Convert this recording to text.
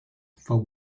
for